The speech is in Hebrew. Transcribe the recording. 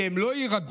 כי הם לא יירגעו